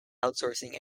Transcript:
outsourcing